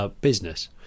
business